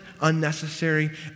unnecessary